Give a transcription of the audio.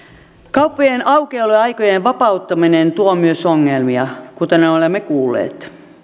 kauppojen aukioloaikojen vapauttaminen tuo myös ongelmia kuten olemme kuulleet